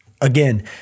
again—